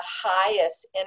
highest